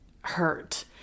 hurt